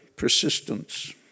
persistence